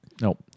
nope